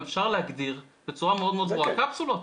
אפשר להגדיר בצורה מאוד ברורה קפסולות.